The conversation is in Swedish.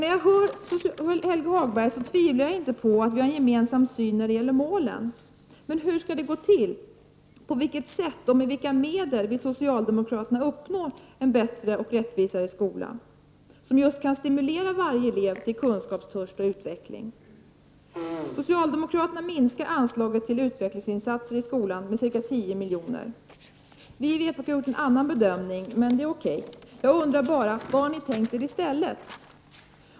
När jag hör Helge Hagberg tvivlar jag inte på att vi har en gemensam syn när det gäller målen, men hur skall de nås? På vilket sätt och med vilka medel vill socialdemokraterna uppnå en bättre och rättvisare skola, som just kan stimulera varje elev till kunskapstörst och utveckling? Socialdemokraterna minskar anslaget till utvecklingsinsatser i skolan med ca 10 miljoner. Vi i vpk har gjort en annan bedömning, men det är okej. Jag undrar bara: Vad har ni tänkt er i stället?